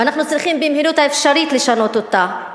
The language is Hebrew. ואנחנו צריכים במהירות האפשרית לשנות אותה.